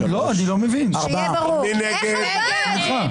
מי נמנע?